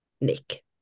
Nick